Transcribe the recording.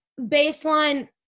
Baseline